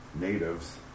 natives